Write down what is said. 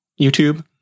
YouTube